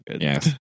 Yes